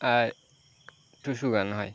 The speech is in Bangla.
আর টুসু গান হয়